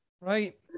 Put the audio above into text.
right